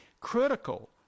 critical